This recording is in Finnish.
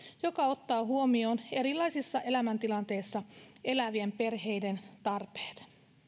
joka ottaa huomioon erilaisissa elämäntilanteissa elävien perheiden tarpeet